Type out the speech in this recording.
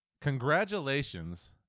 Congratulations